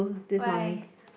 why